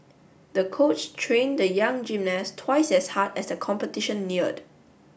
the coach trained the young gymnast twice as hard as the competition neared